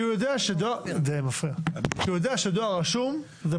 הוא יודע שדואר רשום,